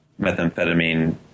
methamphetamine